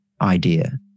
idea